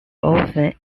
often